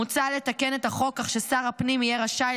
מוצע לתקן את החוק כך ששר הפנים יהיה רשאי